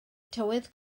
tywydd